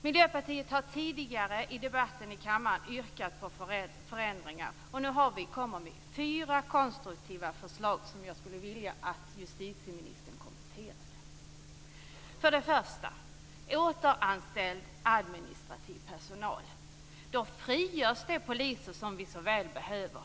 Miljöpartiet har tidigare i debatten i kammaren yrkat på förändringar. Nu kommer vi med fyra konstruktiva förslag som jag skulle vilja att justitieministern kommenterade. För det första: Återanställ administrativ personal! Då frigörs de poliser som vi så väl behöver.